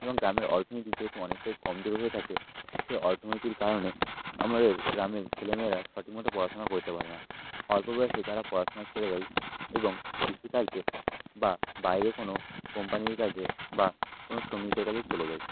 এবং গ্রামের অর্থনীতি যেহেতু অনেকটাই কমজোরি হয়ে থাকে সেই অর্থনৈতিক কারণে আমাদের গ্রামের ছেলেমেয়েরা সঠিক মতো পড়াশোনা করতে পারে না অল্প বয়সে তারা পড়াশুনা ছেড়ে দেয় এবং কৃষিকার্যে বা বাইরের কোনো কোম্পানির কাজে বা কোনো শ্রমিকের কাজে চলে যায়